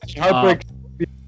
Heartbreak